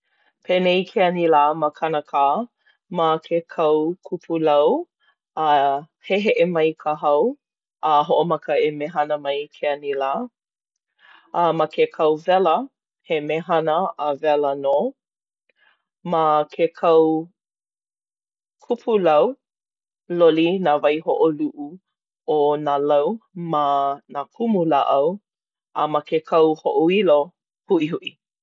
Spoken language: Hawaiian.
Penei ke anilā ma Kanakā. Ma ke kau kupu lau, a heheʻe mai ka hau a hoʻomaka e mehana mai ke anilā. A ma ke kauwela, he mehana a wela nō. Ma ke kau kupulau, loli nā waihoʻoluʻu o nā lau ma nā kumu lāʻau. A me ke kau hoʻoilo, huʻihuʻi.